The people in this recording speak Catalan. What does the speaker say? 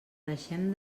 deixem